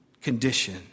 condition